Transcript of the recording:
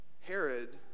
Herod